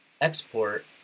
export